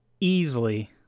easily